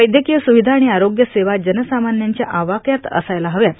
वैद्यकीय सुविधा आणि आरोग्य सेवा जन सामान्यांच्या आवाक्यात असायला हव्यात